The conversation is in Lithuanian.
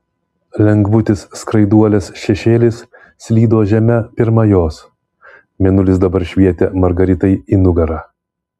lengvutis skraiduolės šešėlis slydo žeme pirma jos mėnulis dabar švietė margaritai į nugarą